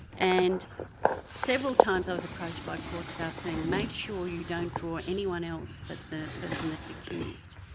and several times i was approached by court staff saying make sure you don't draw anyone else but the person that's accused,